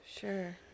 Sure